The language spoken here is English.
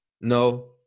No